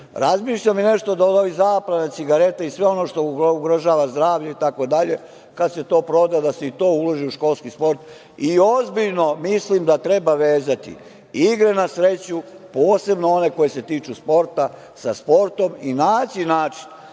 sport. Razmišljam nešto da i od ovih zaplena cigareta i sve ono što ugrožava zdravlje itd, kad se to proda da se i to uloži u školski sport i ozbiljno mislim da treba vezati igre na sreću, posebno one koje se tiču sporta sa sportom i naći način